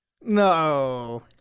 no